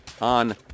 on